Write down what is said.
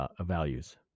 values